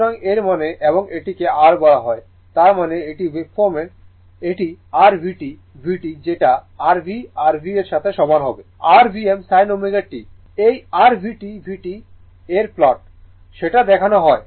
সুতরাং এর মানে এবং এটিকে r বলা হয় তার মানে এটি ওয়েভেফর্ম এটি r vt vt যেটা r v r v এর সাথে সমান হবে r Vm sin ω t এই r vt vt এর প্লট সেটা দেখানো হয়